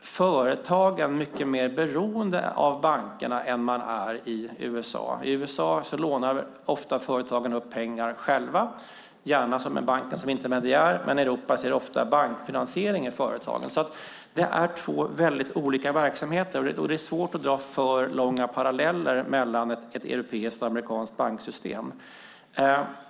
företagen mycket mer beroende av bankerna än vad man är i USA. I USA lånar företagen ofta upp pengar själva, gärna med banken som intermediär. I Europa är det ofta bankfinansiering i företagen. Det är två olika verksamheter, och det är svårt att dra paralleller mellan ett europeiskt och ett amerikanskt banksystem.